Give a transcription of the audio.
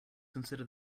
consider